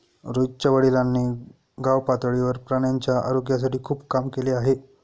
रोहितच्या वडिलांनी गावपातळीवर प्राण्यांच्या आरोग्यासाठी खूप काम केले आहे